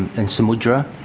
and samudra